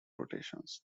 rotations